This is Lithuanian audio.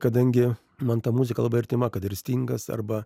kadangi man ta muzika labai artima kad ir stingas arba